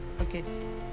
Okay